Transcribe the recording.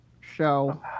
show